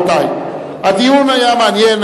הדיון היה מעניין,